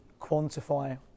quantify